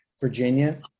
Virginia